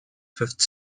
fifth